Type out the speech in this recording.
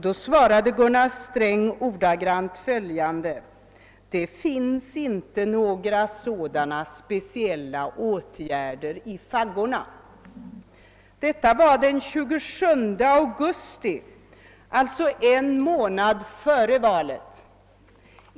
Då svarare Gunnar Sträng ordagrant följande: »Det finns inte några sådana speciella åtgärder i faggorna.« Detta var den 27 augusti, alltså ungefär en månad före valet.